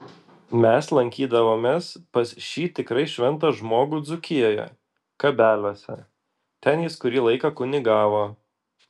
mes lankydavomės pas šį tikrai šventą žmogų dzūkijoje kabeliuose ten jis kurį laiką kunigavo